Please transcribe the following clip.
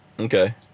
Okay